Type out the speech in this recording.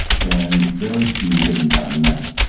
and very few written by men.